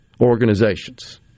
organizations